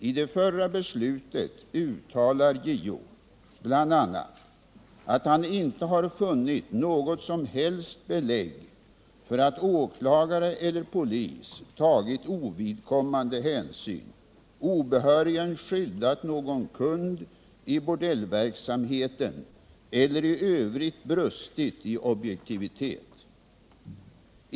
I det förra beslutet uttalar JO bl.a. att han inte har funnit något som helst belägg för att åklagare eller polis tagit ovidkommande hänsyn, obehörigen skyddat någon kund i bordellverksamheten eller i övrigt brustit i objektivitet.